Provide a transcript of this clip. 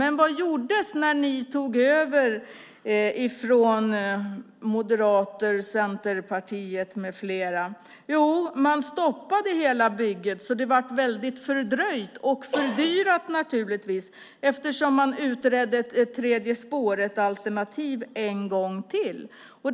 Men vad gjordes från moderater, centerpartister med flera när ni tog över? Jo, hela bygget stoppades så det hela blev väldigt fördröjt och, naturligtvis, fördyrat eftersom man en gång till utredde alternativet med ett tredje spår.